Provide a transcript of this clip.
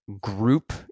group